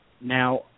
Now